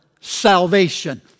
salvation